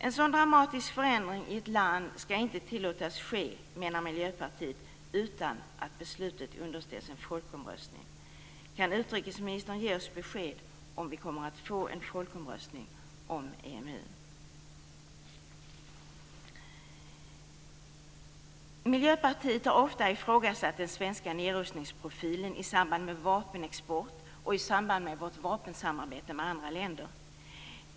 En sådan dramatisk förändring i ett land skall inte tillåtas ske, menar Miljöpartiet, utan att beslutet underställs en folkomröstning. Kan utrikesministern ge oss besked om vi kommer att få en folkomröstning om EMU? Miljöpartiet har ofta ifrågasatt den svenska nedrustningsprofilen i samband med vapenexport och i samband med vårt vapensamarbete med andra länder.